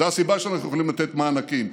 זו הסיבה שאנחנו יכולים לתת מענקים.